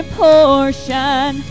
portion